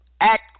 act